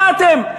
מה אתם?